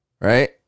right